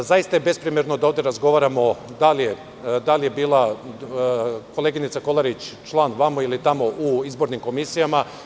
Zaista je besprimerno da ovde razgovaramo da li je bila koleginica Kolarić član ovamo ili tamo u izbornim komisijama.